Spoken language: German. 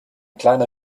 kleiner